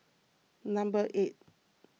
number eight